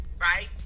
right